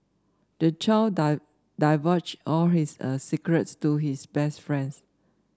the child divulged all his a secrets to his best friend